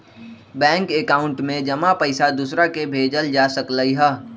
bank account में जमा पईसा दूसरा के भेजल जा सकलई ह